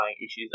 issues